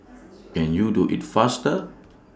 can you do IT faster